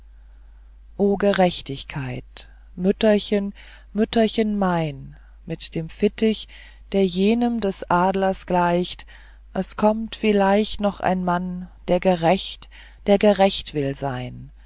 gerechtigkeit mütterchen mütterchen mein mit dem fittich der jenem des adlers gleicht es kommt vielleicht noch ein mann der gerecht der gerecht will sein